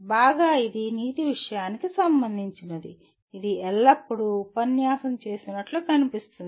బాగా ఇది నీతి విషయానికి సంబంధించినది ఇది ఎల్లప్పుడూ ఉపన్యాసం చేసినట్లు కనిపిస్తుంది